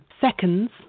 seconds